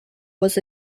was